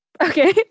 Okay